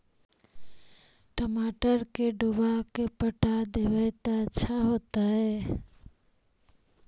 टमाटर के डुबा के पटा देबै त अच्छा होतई?